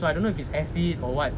so I don't know if it's acid or [what]